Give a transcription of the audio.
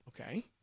Okay